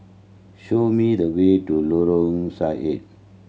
show me the way to Lorong Sarhad